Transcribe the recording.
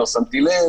לא שמתי לב.